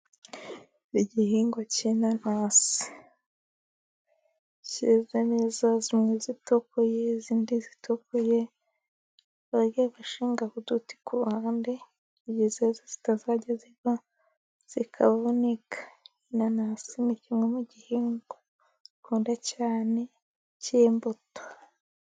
Igihingwa k'inanasi， keze neza zimwe zitukuye，izindi zitukuye bagiye bashingaho uduti ku ruhande，kugira ngo izizera zitazajya zivaho zikavunika. Inanasi ni kimwe mu gihingwa nkunda cyane k'imbuto.